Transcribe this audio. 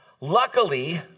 Luckily